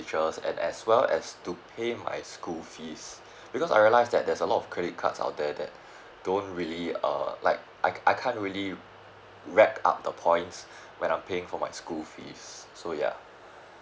and as well as to pay my school fees because I realise that there's a lot of credit cards out there that don't really uh like I I can't really rake up the points when I'm paying for my school fees so ya